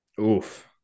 Oof